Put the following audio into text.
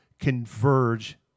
converge